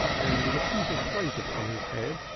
and with a pewter plate upon his head,